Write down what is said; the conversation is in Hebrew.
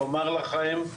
לומר לכם,